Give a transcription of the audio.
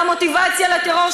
והמוטיבציה לטרור,